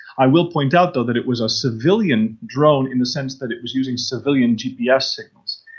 i will point out though that it was a civilian drone in the sense that it was using civilian gps signals.